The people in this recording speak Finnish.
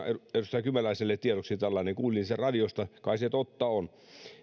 edustaja kymäläiselle tiedoksi tällainen kuulin sen radiosta kai se totta on